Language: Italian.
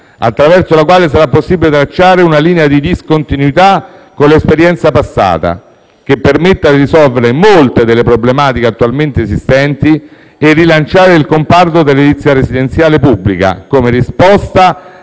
attraverso la quale sarà possibile tracciare una linea di discontinuità con l'esperienza passata che permetta di risolvere molte delle problematiche attualmente esistenti e rilanciare il comparto dell'edilizia residenziale pubblica, come risposta